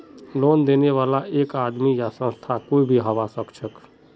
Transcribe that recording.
loan देने बाला एक आदमी या संस्था कोई भी हबा सखछेक